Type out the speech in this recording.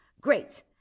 Great